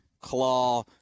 claw